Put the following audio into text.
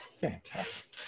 Fantastic